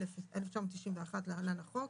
התשנ"א-1991 (להלן - החוק),